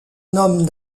nomme